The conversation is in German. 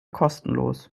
kostenlos